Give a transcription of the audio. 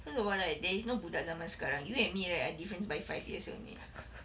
first of all right there is no budak zaman sekarang you and me right are difference by five years only